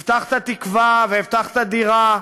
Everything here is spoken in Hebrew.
הבטחת תקווה, והבטחת דירה,